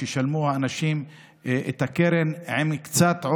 ושהאנשים ישלמו את הקרן עם קצת,